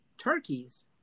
turkeys